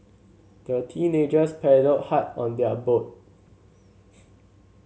the teenagers paddled hard on their boat